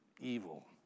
evil